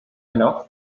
heno